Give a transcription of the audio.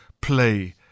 play